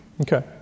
Okay